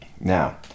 Now